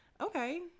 Okay